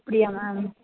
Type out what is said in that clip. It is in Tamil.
அப்படியா மேம்